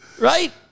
Right